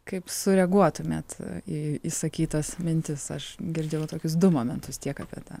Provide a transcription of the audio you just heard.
kaip sureaguotumėt į išsakytas mintis aš girdėjau tokius du momentus tiek apie tą